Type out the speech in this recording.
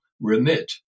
remit